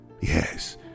Yes